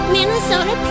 Minnesota